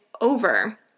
over